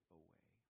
away